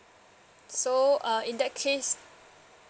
so uh in that case